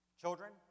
Children